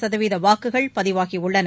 சதவீத வாக்குகள் பதிவாகியுள்ளன